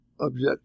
object